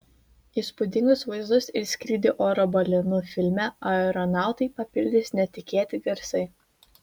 įspūdingus vaizdus ir skrydį oro balionu filme aeronautai papildys netikėti garsai